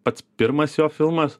pats pirmas jo filmas